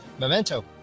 Memento